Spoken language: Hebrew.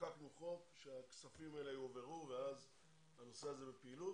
חוקקנו חוק שהכספים האלה יועברו והנושא הזה בפעילות.